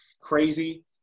crazy